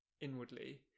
inwardly